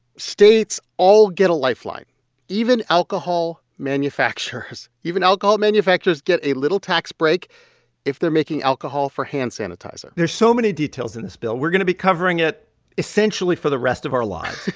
states all get a lifeline even alcohol manufacturers. even alcohol manufacturers get a little tax break if they're making alcohol for hand sanitizer there's so many details in this bill. we're going to be covering it essentially for the rest of our lives.